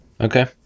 Okay